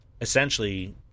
essentially